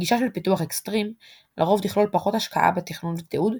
גישה של פיתוח אקסטרים לרוב תכלול פחות השקעה בתכנון ותיעוד,